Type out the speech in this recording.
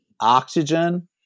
oxygen